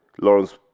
Lawrence